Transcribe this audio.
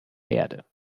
erde